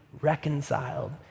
reconciled